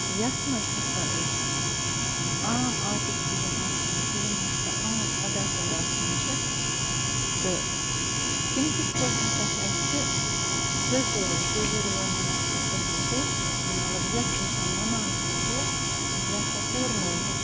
یَتھ منٛز ہَسا أسۍ عام آٹِسٹ یِم آسان چھِ یِم ہَسا عام اَداکار آسان چھِ تہٕ تِم کِتھ پٲٹھۍ ہَسا چھِ اَسہِ پِرٛزٔرٕو پِرٛزٔرٕو وَنان أسۍ تِتھ مطلب یَتھ اِنسان وَنان چھُ کہِ یہِ ہَسا کوٚر مےٚ یہِ